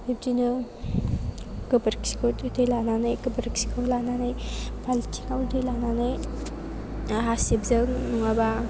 बिदिनो गोबोरखिखौ बिदि लानानै गोबोरखिखौ लानानै बालथिंआव दै लानानै हासिबजों नङाबा